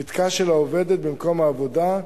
בוותק של העובדת במקום העבודה,